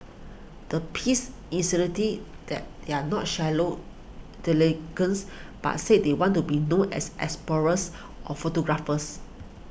the piece that they are not shallow delinquents but said they want to be known as explorers or photographers